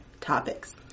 topics